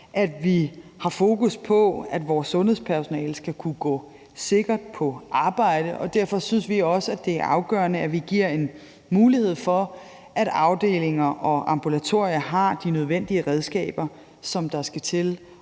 at vi har fokus på, at vores sundhedspersonale skal kunne gå sikkert på arbejde, og derfor synes vi også, det er afgørende, at vi giver en mulighed for, at afdelinger og ambulatorier har de nødvendige redskaber, som skal til